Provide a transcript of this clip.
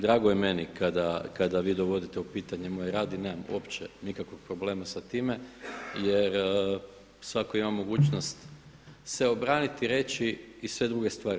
Drago je meni kada vi dovodite u pitanje moj rad i nemam uopće nikakvog problema sa time jer svatko ima mogućnost se obraniti i reći i sve druge stvari.